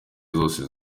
zose